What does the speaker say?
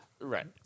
Right